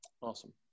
Awesome